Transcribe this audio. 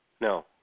No